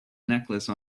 necklace